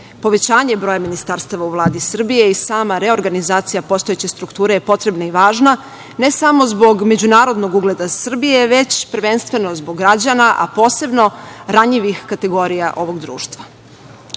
Povećanje broja ministarstava u Vladi Srbije sama reorganizacija postojeće strukture je potrebna i važna, ne samo zbog međunarodnog ugleda Srbije već prvenstveno zbog građana, a posebno ranjivih kategorija ovog društva.U